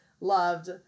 loved